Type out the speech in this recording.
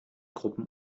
gruppen